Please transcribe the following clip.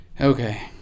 Okay